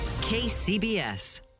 kcbs